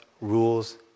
rules